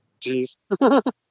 Jeez